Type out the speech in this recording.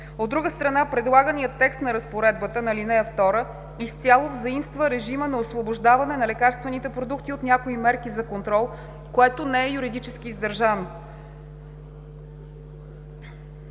От друга страна, предлаганият текст на Разпоредбата на ал. 2 изцяло заимства режима на освобождаване на лекарствените продукти от някои мерки за контрол, което не е юридически издържано.